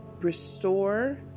Restore